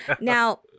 Now